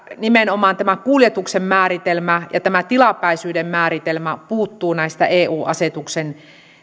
nimenomaan tämä kuljetuksen määritelmä ja tämä tilapäisyyden määritelmä puuttuvat näistä eu asetuksen